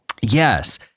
yes